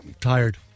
tired